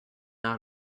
out